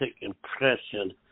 impression